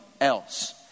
else